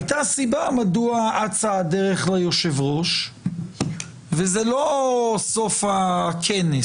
הייתה סיבה מדוע אצה הדרך ליושב-ראש וזה לא היה סוף הכנס.